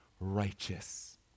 righteous